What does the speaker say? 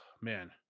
man